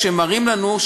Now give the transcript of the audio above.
מראים לנו,